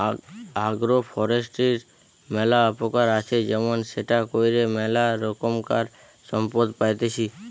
agro ফরেষ্ট্রীর ম্যালা উপকার আছে যেমন সেটা কইরে ম্যালা রোকমকার সম্পদ পাইতেছি